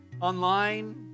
online